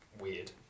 weird